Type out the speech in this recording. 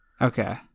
Okay